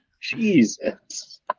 Jesus